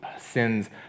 sin's